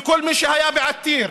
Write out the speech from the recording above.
כל מי שהיה בעתיר,